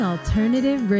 Alternative